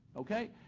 okay,